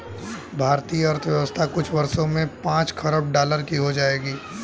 भारतीय अर्थव्यवस्था कुछ वर्षों में पांच खरब डॉलर की हो जाएगी